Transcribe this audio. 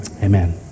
Amen